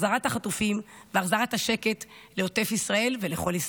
החזרת החטופים והחזרת השקט לעוטף ישראל ולכל ישראל.